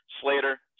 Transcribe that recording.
Slater